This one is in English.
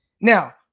now